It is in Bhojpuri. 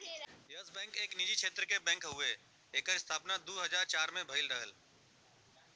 यस बैंक एक निजी क्षेत्र क बैंक हउवे एकर स्थापना दू हज़ार चार में भयल रहल